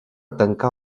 tancar